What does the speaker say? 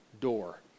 door